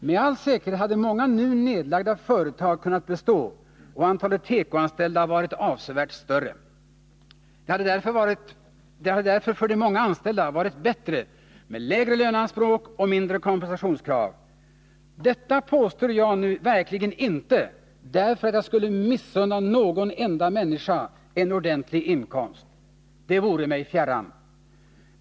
Med all säkerhet hade många nu nedlagda företag kunnat bestå och antalet tekoanställda varit avsevärt större. Det hade därför för de många anställda varit bättre med lägre löneanspråk och mindre kompensationskrav. Detta påstår jag nu verkligen inte därför att jag skulle missunna någon enda människa en ordentlig inkomst. Det vore mig fjärran.